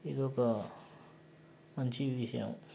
ఇదొక మంచి విషయం